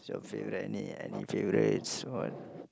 so favourite any any favourites what